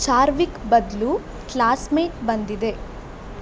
ಚಾರ್ವಿಕ್ ಬದಲು ಕ್ಲಾಸ್ಮೇಟ್ ಬಂದಿದೆ